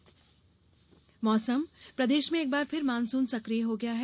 मौसम प्रदेश में एक बार फिर मानसून के सक्रिय हो गया है